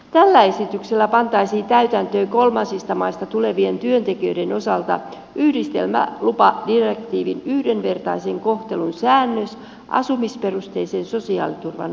tällä esityksellä pantaisiin täytäntöön kolmansista maista tulevien työntekijöiden osalta yhdistelmälupadirektiivin yhdenvertaisen kohtelun säännös asumisperusteisen sosiaaliturvan osalta